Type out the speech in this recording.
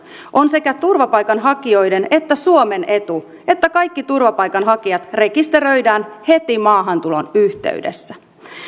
on sekä turvapaikanhakijoiden että suomen etu että kaikki turvapaikanhakijat rekisteröidään heti maahantulon yhteydessä